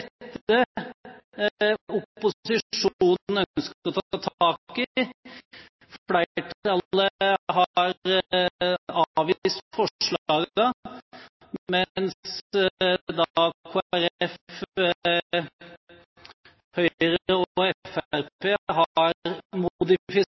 opposisjonen ønsker å ta tak i. Flertallet har avvist forslagene, mens Kristelig Folkeparti, Høyre og